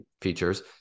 features